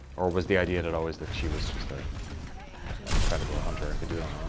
or was the idea that i was that she was just ah an incredible hunter and could do it her own?